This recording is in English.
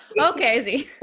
okay